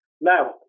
now